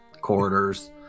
corridors